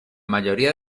mayoría